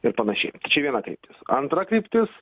ir panašiai čia viena kryptis antra kryptis